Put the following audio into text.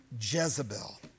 Jezebel